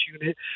unit